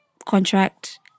contract